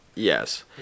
Yes